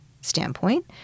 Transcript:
standpoint